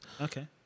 Okay